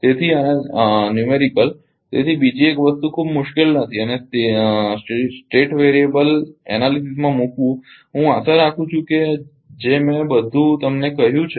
તેથી અને દાખલોઆંકડાકીય તેથી બીજી એક વસ્તુ ખૂબ મુશ્કેલ નથી અને સ્થિતી ચલ વિશ્લેષણમાં મૂકવું હું આશા રાખું છું કે જે બધું મેં તમને કહ્યું છે